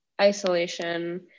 isolation